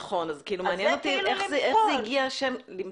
נכון, מעניין אותי איך הגיע השם.